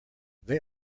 they